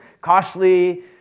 costly